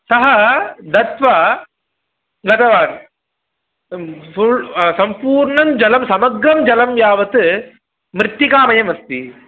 सः दत्वा गतवान् संपूर्णं जलं समग्रं जलं यावत् मृत्तिकामयम् अस्ति